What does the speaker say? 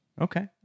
Okay